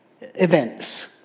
events